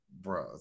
bro